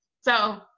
So-